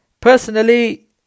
Personally